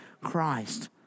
Christ